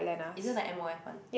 isn't like m_o_f one